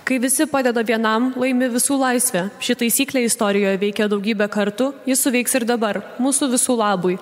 kai visi padeda vienam laimi visų laisvė ši taisyklė istorijoj veikia daugybę kartų ji suveiks ir dabar mūsų visų labui